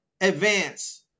advance